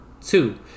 Two